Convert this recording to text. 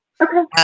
Okay